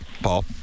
Paul